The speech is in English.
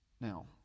Now